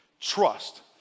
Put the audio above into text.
Trust